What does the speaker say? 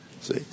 See